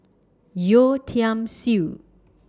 Yeo Tiam Siew